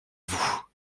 vous